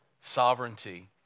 Sovereignty